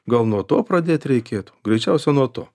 gal nuo to pradėt reikėtų greičiausia nuo to